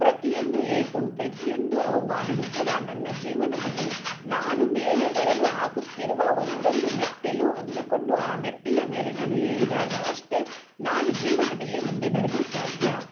ಪ್ರತಿಯೊಂದು ಏಟು ಪ್ರತಿಯೊಂದು ಅವಮಾನನು ಕೂಡ ನನ್ನ ಜೀವನದಲ್ಲಿ ನಾನು ಮೇಲೆ ಬರಲು ಹಾಕುತ್ತಿರುವ ಒಂದೊಂದು ಮೆಟ್ಟಿಲು ಅಂದುಕೊಂಡು ಆ ಮೆಟ್ಟಿಲ ಮೇಲೆ ನಾನು ಏರಿದಾಗ ಅಷ್ಟೇ ನಾನು ಜೀವನದಲ್ಲಿ ಮುಂದೆ ಬರಲು ಸಾಧ್ಯ